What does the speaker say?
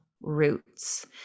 roots